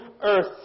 earth